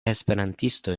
esperantistoj